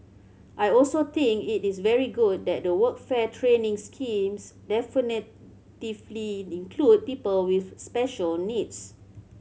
I also think it is very good that the workfare training schemes definitively include people with special needs